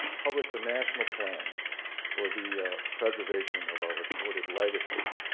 published a national plan for the preservation of our recorded legacy.